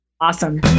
awesome